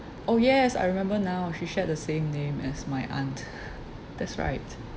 oh yes I remember now she shared the same name as my aunt that's right